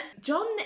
John